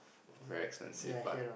very expensive but